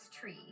tree